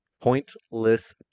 Pointless